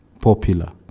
popular